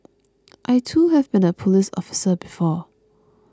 I too have been a police officer before